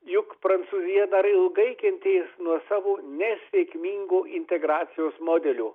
juk prancūzija dar ilgai kentės nuo savo nesėkmingo integracijos modelio